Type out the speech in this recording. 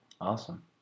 Awesome